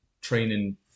training